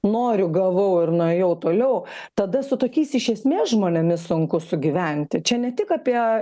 noriu gavau ir nuėjau toliau tada su tokiais iš esmės žmonėmis sunku sugyventi čia ne tik apie